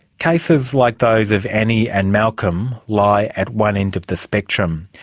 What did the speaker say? cases like those of annie and malcolm lie at one end of the spectrum.